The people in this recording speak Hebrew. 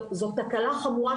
זו תקלה חמורה,